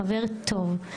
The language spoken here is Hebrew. חבר טוב,